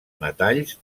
metalls